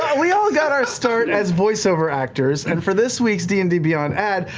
we all got our start as voice-over actors and for this week's d and d beyond ad,